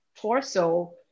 torso